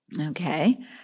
Okay